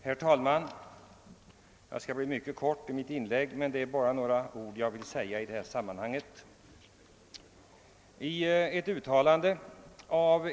Herr talman! Mitt inlägg i debatten skall bli mycket kort, men jag vill gärna säga några ord om den fråga som vi nu behandlar.